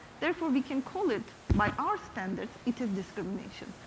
therefore we can call it by our standards it is discrimination.